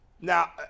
now